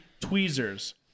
tweezers